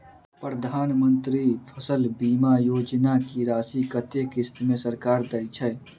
प्रधानमंत्री फसल बीमा योजना की राशि कत्ते किस्त मे सरकार देय छै?